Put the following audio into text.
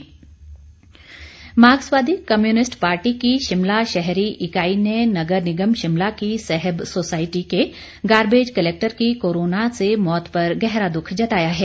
माकपा माक्सर्वादी communist party की शिमला शहरी इकाई ने नगर निगम शिमला की सैहब सोसायटी के गारबेज कलैक्टर की कोरोना से मौत पर गहरा दुख जताया है